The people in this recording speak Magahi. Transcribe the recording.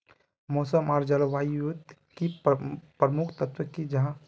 मौसम आर जलवायु युत की प्रमुख तत्व की जाहा?